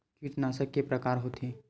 कीटनाशक के प्रकार के होथे?